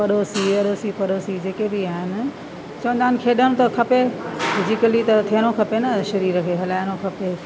पड़ोसी अड़ोसी पड़ोसी जेके बि आहिनि चवंदा आहिनि खेॾण त खपे फिज़िकली थियणो खपे न शरीर खे हलाइणो खपे